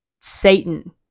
Satan